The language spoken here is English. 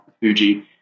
Fuji